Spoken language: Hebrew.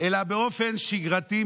אלא באופן שגרתי,